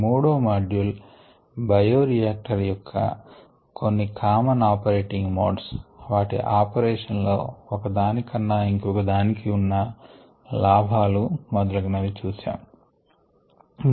మూడవ module bioreactor యొక్క కొన్ని కామన్ ఆపరేటింగ్ మోడ్స్ వాటి ఆపరేషన్ లో ఒక దాని కన్నా ఇంకొక దానికి ఉన్న లాభాలు మొదలగునవి చూశాము